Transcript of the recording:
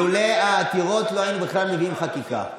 אילולא העתירות, לא היינו בכלל מביאים חקיקה.